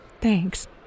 Thanks